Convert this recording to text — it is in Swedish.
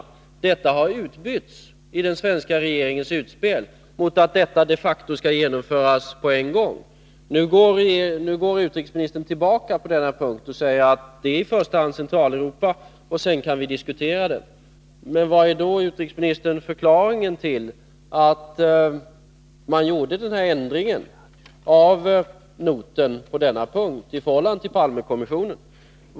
Detta har i den svenska regeringens utspel utbytts mot att det hela de facto skall genomföras på en gång. Nu går utrikesministern tillbaka på denna punkt och säger att det i första hand gäller Centraleuropa och att vi kan diskutera fortsättningen. Men vad är då, herr utrikesminister, förklaringen till att man gjorde den här ändringen av noten på denna punkt i förhållande till Palmekommissionens förslag?